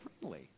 friendly